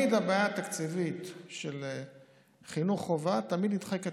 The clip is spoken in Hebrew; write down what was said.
הבעיה התקציבית של חינוך חובה תמיד נדחקת